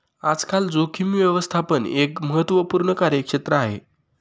आजकाल जोखीम व्यवस्थापन एक महत्त्वपूर्ण कार्यक्षेत्र आहे